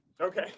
Okay